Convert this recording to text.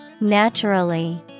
Naturally